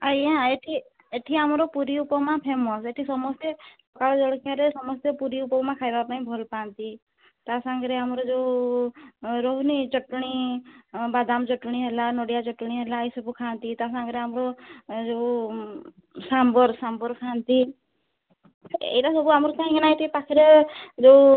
ଆଜ୍ଞା ଏଠି ଏଠି ଆମର ପୁରି ଉପମା ଫେମସ୍ ଏଠି ସମସ୍ତେ ପ୍ରାୟ ଜଳଖିଆରେ ସମସ୍ତେ ପୁରି ଉପମା ଖାଇବା ପାଇଁ ଭଲ ପାଆନ୍ତି ତା ସାଙ୍ଗରେ ଆମର ଯେଉଁ ରହୁନି ଚଟଣୀ ଅଁ ବାଦାମ ଚଟଣୀ ହେଲା ନଡ଼ିଆ ଚଟଣୀ ହେଲା ଏଇ ସବୁ ଖାଆନ୍ତି ତା ସାଙ୍ଗରେ ଆମର ଏ ଯେଉଁ ସାମ୍ବର୍ ସାମ୍ବର୍ ଖଆନ୍ତି ଏଟା ସବୁ ଆମର କାହିଁକି ନା ଏଇଠି ପାଖରେ ଯୋଉ